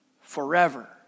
Forever